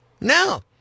No